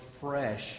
fresh